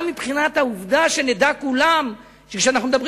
גם מבחינת העובדה שנדע כולם שכאשר אנחנו מדברים